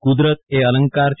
કુદરત એ અલંકાર છે